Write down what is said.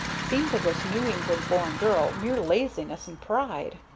seemed to this new england-born girl mere laziness and pride.